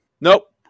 nope